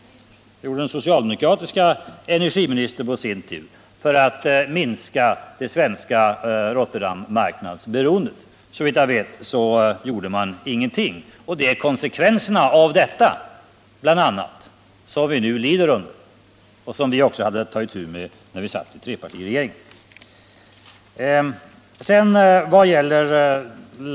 Vad gjorde på sin tid den socialdemokratiske energiministern för att minska det svenska Rotterdammarknadsberoendet? Såvitt jag vet gjorde han ingenting. Det är konsekvenserna av bl.a. detta som vi nu lider av och som vi hade att ta itu med under trepartiregeringens tid.